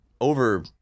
over